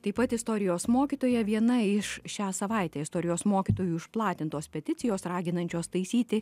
taip pat istorijos mokytoja viena iš šią savaitę istorijos mokytojų išplatintos peticijos raginančios taisyti